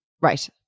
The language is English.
right